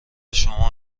شما